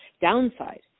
downside